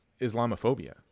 Islamophobia